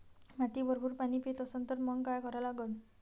माती भरपूर पाणी पेत असन तर मंग काय करा लागन?